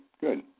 good